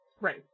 Right